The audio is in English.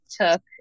took